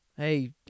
hey